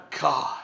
God